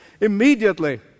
Immediately